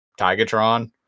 Tigatron